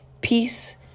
peace